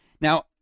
Now